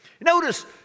Notice